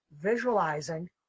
visualizing